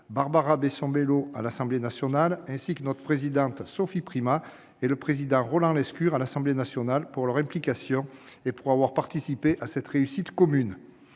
Barbara Bessot Ballot à l'Assemblée nationale, ainsi que notre présidente, Sophie Primas, et le président Roland Lescure, à l'Assemblée nationale, de leur implication et d'avoir participé à cette réussite commune.